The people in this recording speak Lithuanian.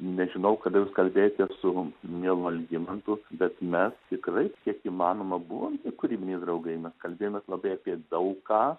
nežinau kada jūs kalbėjotės su mielu algimantu bet mes tikrai kiek įmanoma buvom kūrybiniai draugai mes kalbėjomės labai apie daug ką